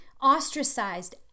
ostracized